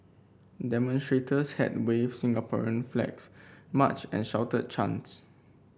demonstrators had waved Singaporean flags marched and shouted chants